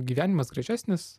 gyvenimas gražesnis